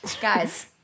Guys